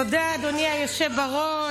תודה, אדוני היושב בראש.